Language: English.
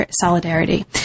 solidarity